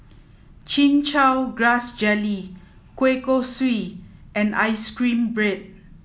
chin chow grass jelly kueh kosui and ice cream bread